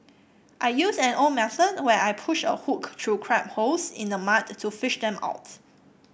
I use an old method where I push a hook through crab holes in the mud to fish them out